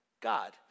God